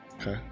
Okay